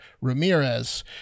Ramirez